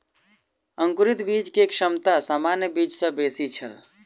अंकुरित बीज के क्षमता सामान्य बीज सॅ बेसी छल